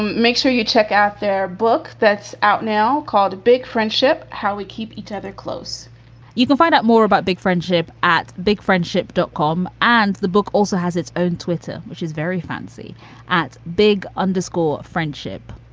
make sure you check out their book that's out now called big friendship how we keep each other close you find out more about big friendship at big friendship dot com. and the book also has its own twitter, which is very fancy at big underscore friendship